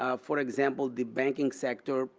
ah for example, the banking sector,